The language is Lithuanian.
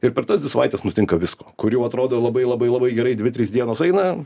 ir per tas dvi savaites nutinka visko kuri jau atrodo labai labai labai gerai dvi trys dienos eina